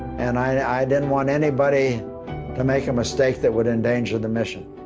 and i didn't want anybody to make a mistake that would endanger the mission.